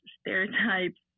stereotypes